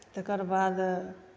तकर बाद